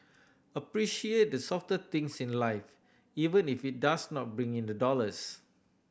appreciate the softer things in life even if it does not bring in the dollars